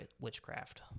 witchcraft